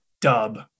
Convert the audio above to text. dub